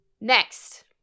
Next